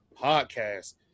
podcast